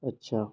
अच्छा